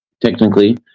technically